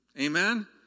Amen